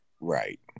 Right